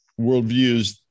Worldviews